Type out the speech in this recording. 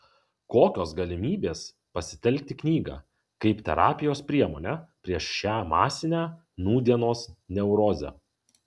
kokios galimybės pasitelkti knygą kaip terapijos priemonę prieš šią masinę nūdienos neurozę